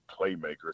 playmakers